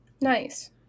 Nice